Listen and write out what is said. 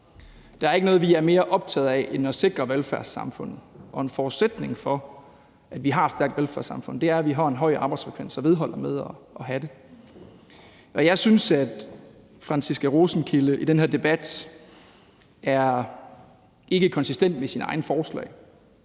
Der er ikke noget, vi er mere optaget af end at sikre velfærdssamfundet, og en forudsætning for, at vi har et stærkt velfærdssamfund, er, at vi har en høj arbejdsfrekvens og vedbliver med at have det. Jeg synes, at fru Franciska Rosenkilde i den her debat er ikkekonsistent med sine egne forslag.